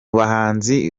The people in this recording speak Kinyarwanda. bahanzi